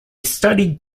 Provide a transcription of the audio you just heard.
studied